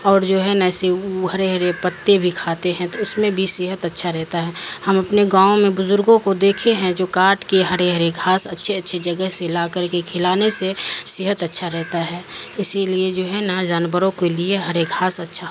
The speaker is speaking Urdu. اور جو ہے نسے ہرے ہرے پتے بھی کھاتے ہیں تو اس میں بھی صحت اچھا رہتا ہے ہم اپنے گاؤں میں بزرگوں کو دیکھے ہیں جو کاٹ کے ہرے ہرے ایک گھاص اچھے اچھے جگہ سے لا کر کے کھلانے سے صحت اچھا رہتا ہے اسی لیے جو ہے نا جانوروں کے لیے ہرے ایک گاس اچھا